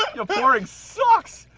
your pouring sucks!